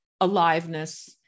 aliveness